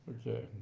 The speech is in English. Okay